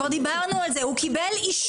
כבר דיברנו על זה הוא קיבל אישור,